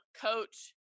coach